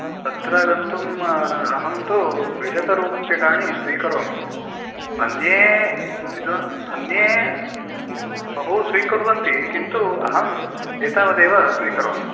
तत्र गन्तुम् अहं तु द्विशत रुप्यकाणि स्वीकरोमि अन्ये अन्ये बहु स्वीकुर्वन्ति किन्तु अहं तु एतावद् एव स्वीकरोमि